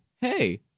hey